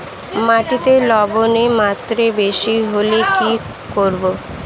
মাটিতে লবণের মাত্রা বেশি হলে কি করব?